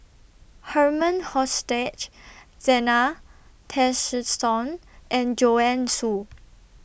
Herman Hochstadt Zena Tessensohn and Joanne Soo